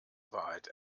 wahrheit